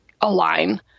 align